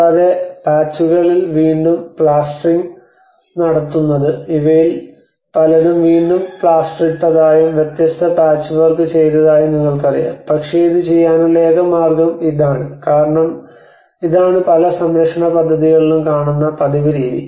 കൂടാതെ പാച്ചുകളിൽ വീണ്ടും പ്ലാസ്റ്ററിംഗ് നടത്തുന്നത് ഇവയിൽ പലതും വീണ്ടും പ്ലാസ്റ്ററിട്ടതായും വ്യത്യസ്ത പാച്ച് വർക്ക് ചെയ്തതായും നിങ്ങൾക്കറിയാം പക്ഷേ ഇത് ചെയ്യാനുള്ള ഏക മാർഗ്ഗം ഇതാണ് കാരണം ഇതാണ് പല സംരക്ഷണ പദ്ധതികളിലും കാണുന്ന പതിവ് രീതി